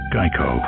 Geico